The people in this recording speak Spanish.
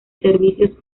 servicios